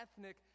ethnic